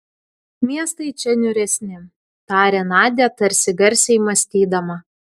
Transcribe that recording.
miestai čia niūresni tarė nadia tarsi garsiai mąstydama